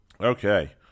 Okay